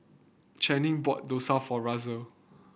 Chanie bought dosa for Russel